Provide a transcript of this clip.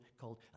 called